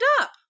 up